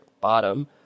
bottom